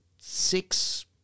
Six